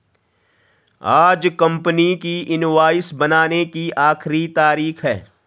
आज कंपनी की इनवॉइस बनाने की आखिरी तारीख है